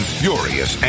furious